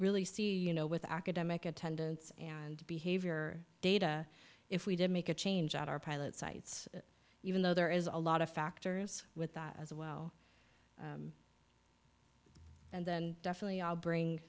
really see you know with academic attendance and behavior data if we did make a change at our pilot sites even though there is a lot of factors with that as well and then definitely i'll bring